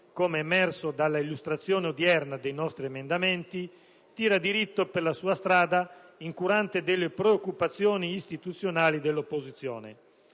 come è emerso dall'illustrazione odierna dei nostri emendamenti, tira diritto per la sua strada, incurante delle preoccupazioni istituzionali dell'opposizione.